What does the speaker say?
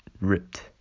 ripped